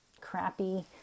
crappy